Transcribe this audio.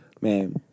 man